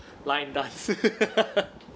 line dance